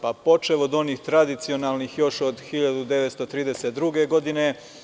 Počev od onih tradicionalnih još od 1932. godine.